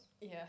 Yes